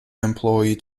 employee